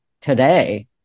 today